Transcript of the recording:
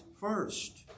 first